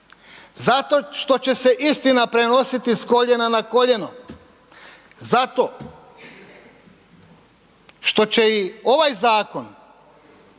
Zato što će se istina prenositi s koljena na koljeno, zato što će i ovaj zakon,